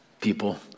people